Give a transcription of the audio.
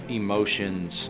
emotions